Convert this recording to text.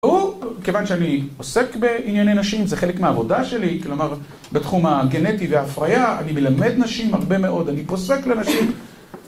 כיוון שאני עוסק בענייני נשים, זה חלק מהעבודה שלי, כלומר, בתחום הגנטי וההפרייה, אני מלמד נשים הרבה מאוד, אני פוסק לנשים.